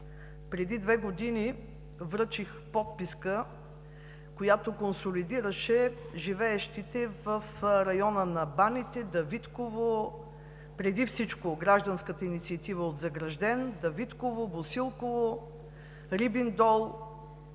Преди две години връчих подписка, която консолидираше живеещите в района на Баните, Давидково, преди всичко гражданската инициатива от Загражден, Босилково, Рибен дол,